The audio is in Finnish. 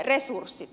resurssit